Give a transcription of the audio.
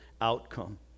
outcome